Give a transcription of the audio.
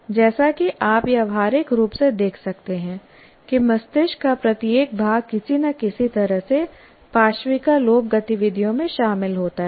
जैसा कि आप व्यावहारिक रूप से देख सकते हैं कि मस्तिष्क का प्रत्येक भाग किसी न किसी तरह से पार्श्विका लोब गतिविधियों में शामिल होता है